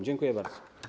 Dziękuję bardzo.